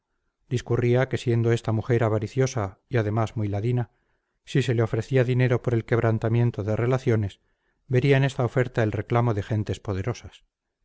que siendo ésta mujer avariciosa y además muy ladina si se le ofrecía dinero por el quebrantamiento de relaciones vería en esta oferta el reclamo de gentes poderosas